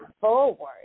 forward